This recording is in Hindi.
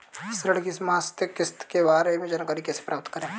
ऋण की मासिक किस्त के बारे में जानकारी कैसे प्राप्त करें?